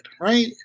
right